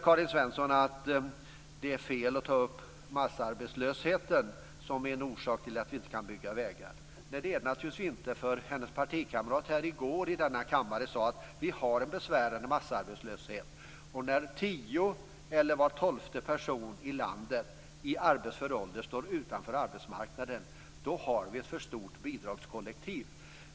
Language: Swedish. Karin Svensson Smith tycker att det är fel att ta upp massarbetslösheten som en orsak till att vi inte kan bygga vägar. Hennes partikamrat sade i går i denna kammare att vi har en besvärande massarbetslöshet. Och när var tionde eller var tolfte person i arbetsför ålder i landet står utanför arbetsmarknaden, då har vi ett för stort bidragskollektiv.